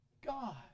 God